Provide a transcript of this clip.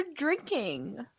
drinking